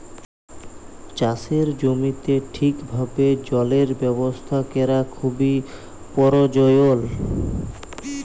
চাষের জমিতে ঠিকভাবে জলের ব্যবস্থা ক্যরা খুবই পরয়োজল